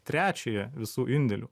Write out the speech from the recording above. trečiąją visų indėlių